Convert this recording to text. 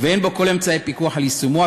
ואין בו כל אמצעי פיקוח על יישומו.